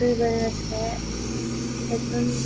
मात्तूय बरें नासलें तेतून